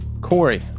Corey